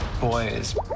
Boys